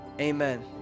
amen